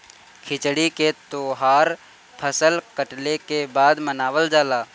खिचड़ी के तौहार फसल कटले के बाद मनावल जाला